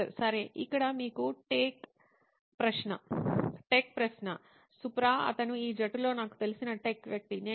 professor సరే ఇక్కడ మీకు టెక్ ప్రశ్న సుప్రా అతను ఈ జట్టులో నాకు తెలిసిన టెక్ వ్యక్తి